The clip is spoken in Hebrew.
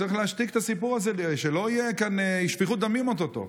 צריך להשתיק את הסיפור הזה כדי שלא תהיה כאן שפיכות דמים או-טו-טו.